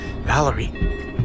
Valerie